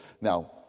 Now